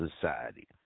society